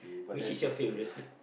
which is your favourite